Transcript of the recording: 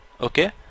okay